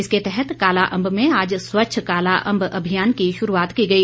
इसके तहत कालाअंब में आज स्वच्छ काला अंब अभियान की शुरूआत की गई